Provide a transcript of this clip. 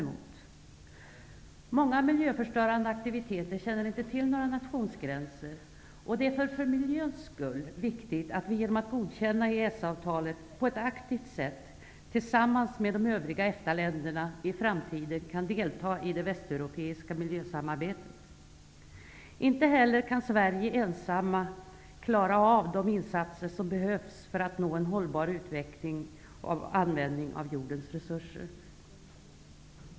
Många miljöförstörande aktiviteter känner inte några nationsgränser, och det är för miljöns skull viktigt att vi genom att godkänna EES-avtalet på ett aktivt sätt tillsammans med de övriga EFTA länderna i framtiden kan delta i det västeuropeiska miljösamarbetet. Sverige kan inte heller ensamt klara av de insatser som behövs för att uppnå en hållbar utveckling och användning av jordens resurser.